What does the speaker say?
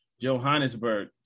Johannesburg